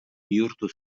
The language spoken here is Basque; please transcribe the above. bihurtu